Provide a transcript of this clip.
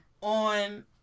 On